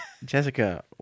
Jessica